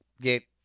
get